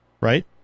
right